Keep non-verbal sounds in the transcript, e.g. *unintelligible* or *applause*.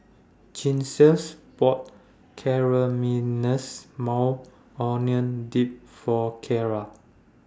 Gisselle's bought *unintelligible* Maui Onion Dip For Kyla